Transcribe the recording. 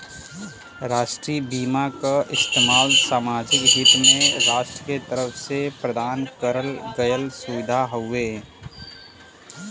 राष्ट्रीय बीमा क इस्तेमाल सामाजिक हित में राष्ट्र के तरफ से प्रदान करल गयल सुविधा हउवे